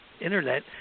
internet